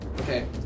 Okay